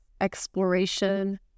exploration